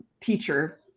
teacher